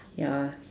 ya